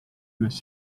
üles